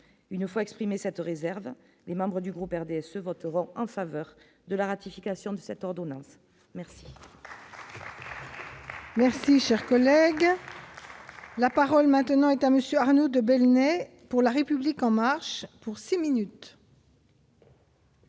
une fois exprimé cette réserve les membres du groupe RDSE voteront en faveur de la ratification de cette ordonnance. Merci, cher collègue. La parole maintenant est monsieur Arnaud de Belenet pour la République en marche pour 6 minutes.